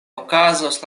okazos